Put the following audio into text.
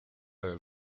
del